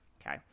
Okay